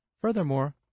Furthermore